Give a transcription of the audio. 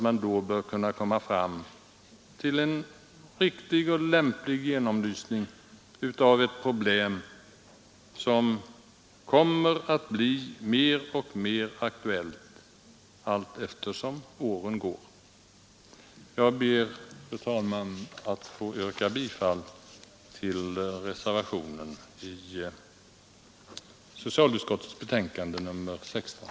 Man bör kunna komma fram till en riktig och lämplig genomlysning av ett problem som kommer att bli mer och mer aktuellt allteftersom åren går. Jag ber, att få yrka bifall till reservationen till socialutskottets betänkande nr 16.